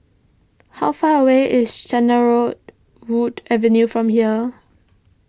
how far away is Cedarwood Avenue from here